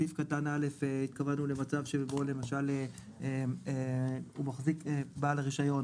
בסעיף קטן א' התכוונו למצב שבו למשל בעל הרישיון